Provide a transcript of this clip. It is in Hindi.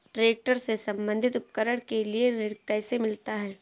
ट्रैक्टर से संबंधित उपकरण के लिए ऋण कैसे मिलता है?